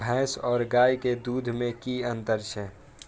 भैस और गाय के दूध में कि अंतर छै?